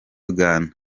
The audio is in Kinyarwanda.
uganda